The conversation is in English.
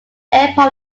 airport